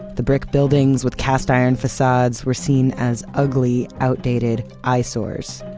the brick buildings with cast iron facades were seen as ugly, outdated eyesores.